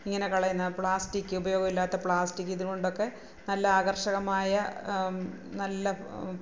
ഇങ്ങനെ കളയുന്ന പ്ലാസ്റ്റിക്ക് ഉപയോഗവില്ലാത്ത പ്ലാസ്റ്റിക്ക് ഇതുകൊണ്ടൊക്കെ നല്ല ആകര്ഷകമായ നല്ല